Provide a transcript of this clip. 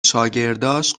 شاگرداش